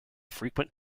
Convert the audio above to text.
frequent